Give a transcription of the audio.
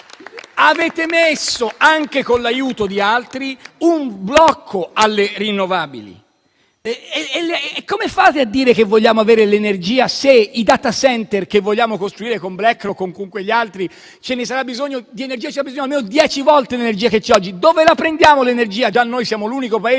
Avete messo, anche con l'aiuto di altri, un blocco alle rinnovabili. Come fate a dire che vogliamo avere l'energia se per i *data center*, che vogliamo costruire con BlackRock o con altri, ci sarà bisogno almeno di dieci volte l'energia che c'è oggi? Dove la prendiamo l'energia, visto che siamo l'unico Paese